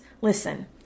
Listen